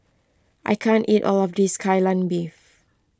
I can't eat all of this Kai Lan Beef